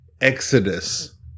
Exodus